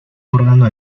órgano